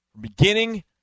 Beginning